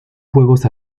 fuegos